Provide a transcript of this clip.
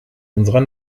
unserer